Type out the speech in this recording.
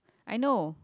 I know